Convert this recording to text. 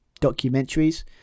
documentaries